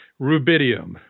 Rubidium